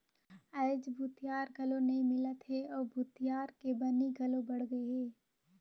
आयज भूथिहार घलो नइ मिलत हे अउ भूथिहार के बनी घलो बड़ गेहे